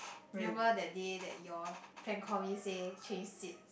remember that day that you all prank call me say change seats